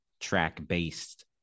track-based